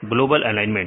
global alignment